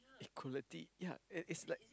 equality yea it's like